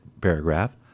paragraph